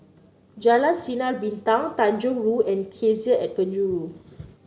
Jalan Sinar Bintang Tanjong Rhu and Cassia at Penjuru